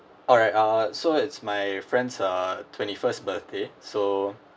alright uh so it's my friends uh twenty first birthday so